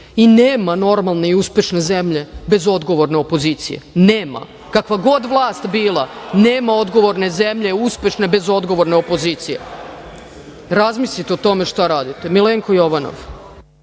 i nema normalne i uspešne zemlje bez odgovorne opozicije. Nema. Kakva god vlast bila, nema odgovorne zemlje, uspešne bez odgovorne opozicije. Razmislite o tome šta radite. Reč ima